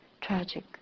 tragic